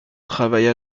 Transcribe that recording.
travaille